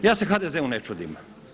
Ja se HDZ-u ne čudim.